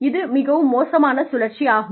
இது மிகவும் மோசமான சுழற்சி ஆகும்